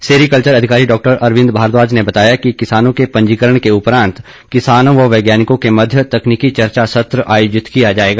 sericulture अधिकारी डॉ अरविंद भारद्वाज ने बताया कि किसानों के पंजीकरण के उपरांत किसानों व वैज्ञानिकों के मध्य तकनीकी चर्चा सत्र आयोजित किया जाएगा